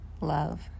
love